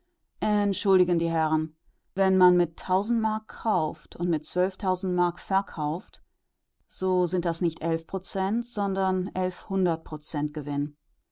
entschuldigen die herren wenn man mit tausend mark kauft und mit zwölftausend mark verkauft so sind das nicht elf prozent sondern elfhundert prozent gewinn